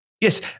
Yes